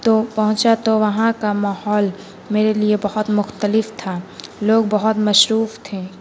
تو پہنچا تو وہاں کا ماحول میرے لیے بہت مختلف تھا لوگ بہت مصروف تھے